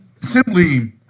simply